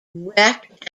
wrecked